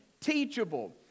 teachable